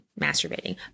masturbating